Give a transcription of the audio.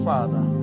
Father